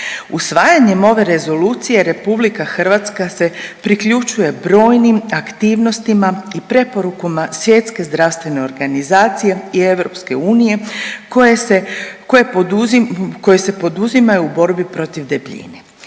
Usvajanjem ove rezolucije RH se priključuje brojnim aktivnostima i preporukama Svjetske zdravstvene organizacije i EU koje se poduzimaju u borbi protiv debljine.